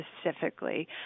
specifically